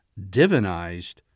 divinized